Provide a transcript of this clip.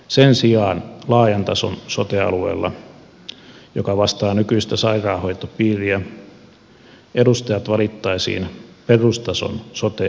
sen sijaan laajan tason sote alueella joka vastaa nykyistä sairaanhoitopiiriä edustajat valittaisiin perustason sote alueelta